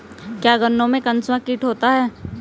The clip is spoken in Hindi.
क्या गन्नों में कंसुआ कीट होता है?